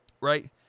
Right